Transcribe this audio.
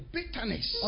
bitterness